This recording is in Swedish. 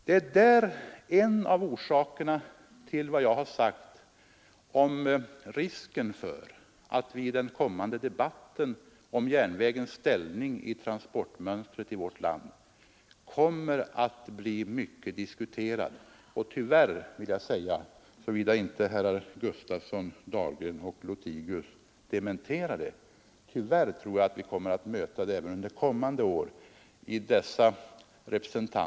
Det är en av orsakerna till att järnvägens ställning i transportmönstret i vårt land kommer att bli mycket diskuterad. Tyvärr tror jag, såvida inte herrar Gustafson, Dahlgren och Lothigius dementerar det, att vi kommer att få höra detta tal även under kommande år från de partier som dessa herrar representerar.